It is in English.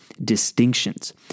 Distinctions